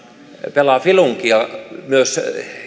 pelaa filunkia myös